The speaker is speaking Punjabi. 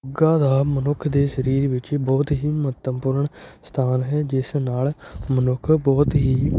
ਯੋਗਾ ਦਾ ਮਨੁੱਖ ਦੇ ਸਰੀਰ ਵਿੱਚ ਬਹੁਤ ਹੀ ਮਹੱਤਵਪੂਰਨ ਸਥਾਨ ਹੈ ਜਿਸ ਨਾਲ ਮਨੁੱਖ ਬਹੁਤ ਹੀ